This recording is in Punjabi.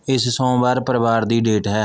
ਇਸ ਸੋਮਵਾਰ ਪਰਿਵਾਰ ਦੀ ਡੇਟ ਹੈ